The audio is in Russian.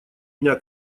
дня